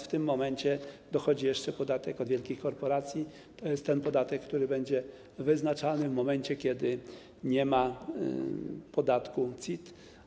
W tym momencie dochodzi jeszcze podatek od wielkich korporacji, czyli podatek, który będzie wyznaczany w momencie, kiedy nie ma podatku CIT.